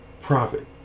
profit